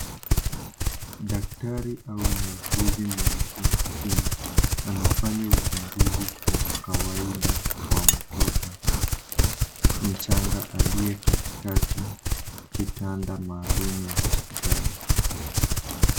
Dakatari au muuguzi mwenye umakini, anafanya uchunguzi kwa kawaida kwa mtoto mchanga, aliye katikati kitanda maalum ya hospitali.